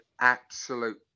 absolute